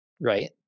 Right